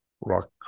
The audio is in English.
rock